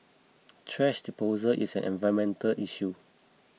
thrash disposal is an environmental issue